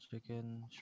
Chicken